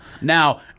Now